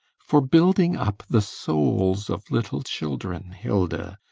for building up the souls of little children, hilda.